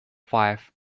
five